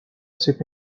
ship